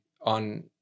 on